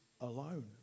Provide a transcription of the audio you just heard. alone